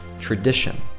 tradition